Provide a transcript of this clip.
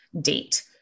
date